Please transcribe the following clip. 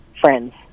friends